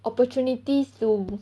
opportunities to